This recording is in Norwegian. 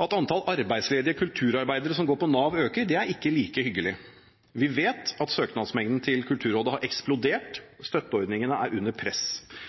At antall arbeidsledige kulturarbeidere som går på Nav øker, er ikke like hyggelig. Vi vet at søknadsmengden til Kulturrådet har eksplodert – støtteordningene er under press.